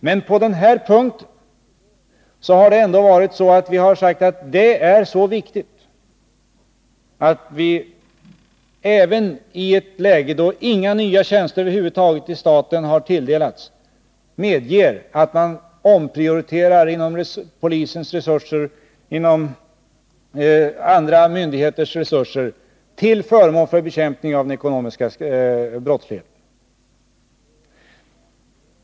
Men på den här punkten har vi sagt: Detta är så viktigt att vi, även i ett läge då inga nya tjänster över huvud taget har tilldelats staten, medger att polisens resurser omprioriteras, att andra myndigheters resurser omprioriteras till förmån för bekämpningen av den ekonomiska brottsligheten.